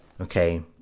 okay